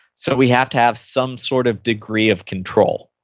so we have to have some sort of degree of control.